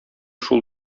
шул